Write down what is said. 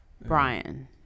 Brian